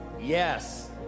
Yes